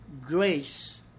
grace